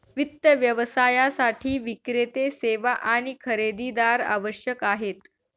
वित्त व्यवसायासाठी विक्रेते, सेवा आणि खरेदीदार आवश्यक आहेत